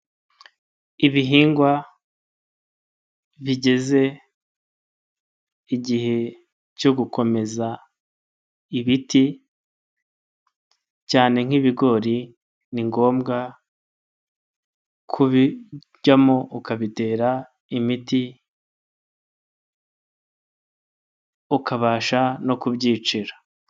Ibihingwa bigeze igihe cyo gukomeza ibiti cyane nk'ibigori, ni ngombwa kubijyamo ukabitera imiti ukabasha no kubyicira.